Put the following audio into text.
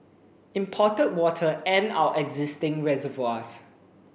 imported water and our existing reservoirs